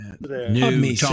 new